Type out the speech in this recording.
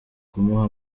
kumuha